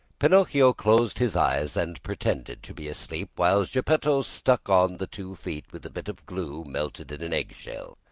pinocchio closed his eyes and pretended to be asleep, while geppetto stuck on the two feet with a bit of glue melted in an eggshell,